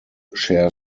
share